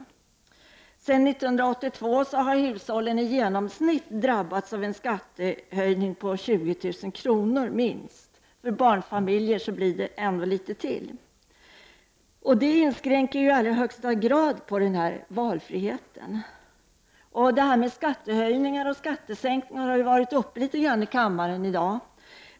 Sedan 1982 har hushållen i genomsnitt drabbats av en skattehöjning på minst 20 000 kr. För barnfamiljer blir det ännu mer. Det inskränker i allra högsta grad valfriheten. Skattehöjningar och skattesänkningar har diskuterats i kammaren i dag.